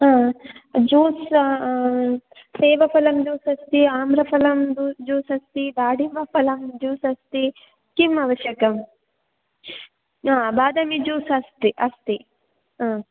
हा ज्यूस् सेब फलं ज्यूस् अस्ति आम्रफलं ज्यूस् अस्ति दाडिमफलं ज्यूस् अस्ति किम् आवश्यकं हा बादाम् ज्यूस् अस्ति अस्ति हा